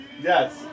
Yes